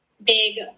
big